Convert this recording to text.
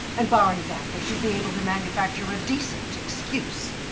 and barring that they should be able to manufacture a decent excuse.